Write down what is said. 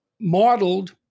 modeled